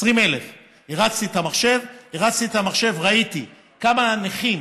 20,000. הרצתי את זה במחשב, ראיתי כמה נכים